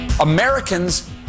americans